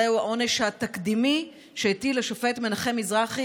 זהו העונש התקדימי שהטיל השופט מנחם מזרחי